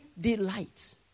delights